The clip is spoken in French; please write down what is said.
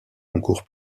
concourt